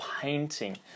painting